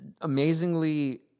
amazingly